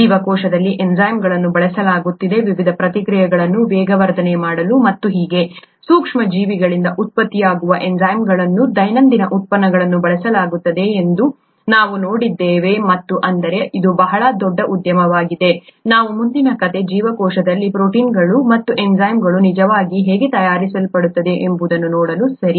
ಜೀವಕೋಶದಲ್ಲಿ ಎನ್ಝೈಮ್ಗಳನ್ನು ಬಳಸಲಾಗುತ್ತಿದೆ ವಿವಿಧ ಪ್ರತಿಕ್ರಿಯೆಗಳನ್ನು ವೇಗವರ್ಧನೆ ಮಾಡಲು ಮತ್ತು ಹೀಗೆ ಸೂಕ್ಷ್ಮಜೀವಿಗಳಿಂದ ಉತ್ಪತ್ತಿಯಾಗುವ ಎನ್ಝೈಮ್ಗಳನ್ನು ದೈನಂದಿನ ಉತ್ಪನ್ನಗಳಲ್ಲಿ ಬಳಸಲಾಗುತ್ತದೆ ಎಂದು ನಾವು ನೋಡಿದ್ದೇವೆ ಮತ್ತು ಅಂದರೆ ಇದು ಬಹಳ ದೊಡ್ಡ ಉದ್ಯಮವಾಗಿದೆ ನಾವು ಮುಂದಿನ ಕಥೆ ಜೀವಕೋಶದಲ್ಲಿ ಪ್ರೋಟೀನ್ಗಳು ಮತ್ತು ಎನ್ಝೈಮ್ಗಳು ನಿಜವಾಗಿ ಹೇಗೆ ತಯಾರಿಸಲ್ಪಡುತ್ತವೆ ಎಂಬುದನ್ನು ನೋಡಲು ಸರಿ